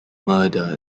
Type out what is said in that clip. murder